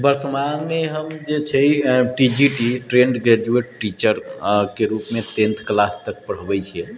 वर्तमानमे हम जे छै T G T trained graduate टीचरके रूपमे टेन्थ क्लास तऽ